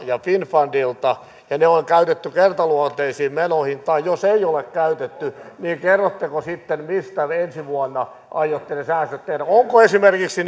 ja finnfundilta ja ne on käytetty kertaluonteisiin menoihin tai jos ei ole käytetty niin kerrotteko sitten mistä ensi vuonna aiotte ne säästöt tehdä onko esimerkiksi